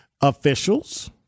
Officials